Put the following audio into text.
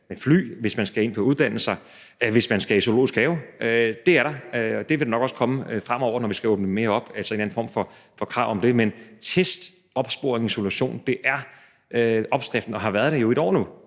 med fly, hvis man skal ind på uddannelser, hvis man skal i zoologisk have. Det er der, og det vil der nok også komme fremover, når vi skal åbne mere op, altså en eller anden form for krav om det. Men test, opsporing og isolation er opskriften, og det har det nu været i 1